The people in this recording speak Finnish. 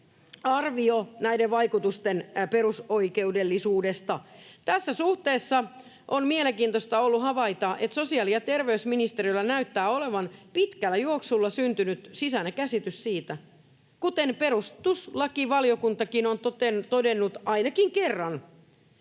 arvio näiden vaikutusten perusoikeudellisuudesta. Tässä suhteessa on mielenkiintoista ollut havaita, että sosiaali- ja terveysministeriöllä näyttää olevan pitkällä juoksulla syntynyt sisäinen käsitys siitä — kuten perustuslakivaliokuntakin on todennut ainakin kerran